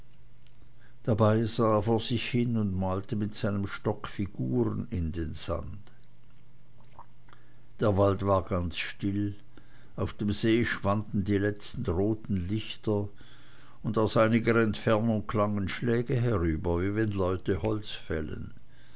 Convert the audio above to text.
dabei sah er vor sich hin und malte mit seinem stock figuren in den sand der wald war ganz still auf dem see schwanden die letzten roten lichter und aus einiger entfernung klangen schläge herüber wie wenn leute holz fällen